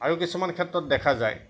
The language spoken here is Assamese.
আৰু কিছুমান ক্ষেত্ৰত দেখা যায়